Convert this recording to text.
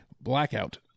Blackout